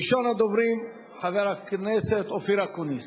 ראשון הדוברים, חבר הכנסת אופיר אקוניס.